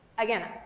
Again